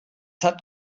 hat